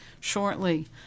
shortly